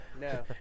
no